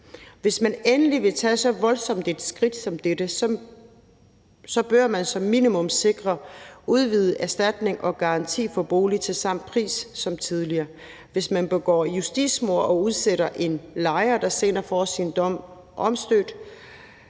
Hvis man endelig vil tage så voldsomt et skridt som dette, bør man som minimum sikre en udvidet erstatning og garanti for en bolig til den samme pris som tidligere, altså hvis man begår justitsmord og udsætter en lejer, der senere får sin dom omstødt.